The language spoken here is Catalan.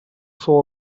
fou